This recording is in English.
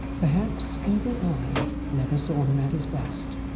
perhaps even i never saw him at his best,